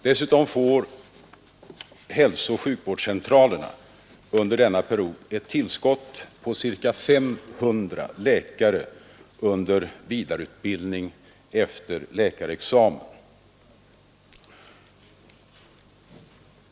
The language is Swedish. Dessutom får hälsooch sjukvårdscentralerna under denna period ett tillskott på ca 500 läkare under vidareutbildning efter läkarexamen.